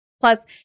Plus